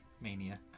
Mania